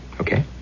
okay